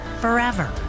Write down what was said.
forever